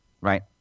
right